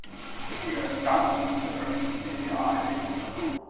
if ye're a scotchman, sir may be ay, may be no.